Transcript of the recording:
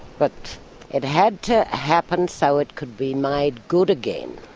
but it had to happen so it could be made good again.